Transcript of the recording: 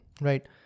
right